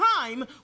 time